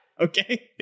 Okay